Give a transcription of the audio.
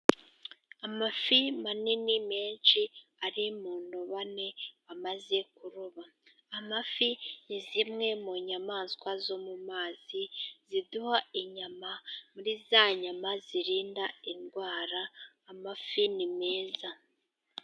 Amafi manini menshi， ari mu ndobane bamaze kuroba. Amafi ni zimwe mu nyamaswa zo mu mazi，ziduha inyama， muri za nyama zirinda indwara， amafi ni meza.